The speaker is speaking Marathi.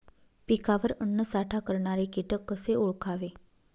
पिकावर अन्नसाठा करणारे किटक कसे ओळखावे?